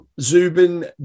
Zubin